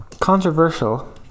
controversial